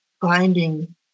finding